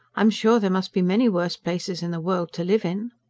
i'm sure there must be many worse places in the world to live in,